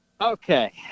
Okay